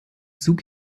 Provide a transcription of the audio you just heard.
zug